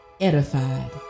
edified